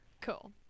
Cool